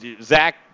Zach